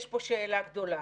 יש פה שאלה גדולה.